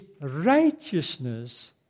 righteousness